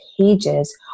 pages